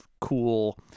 cool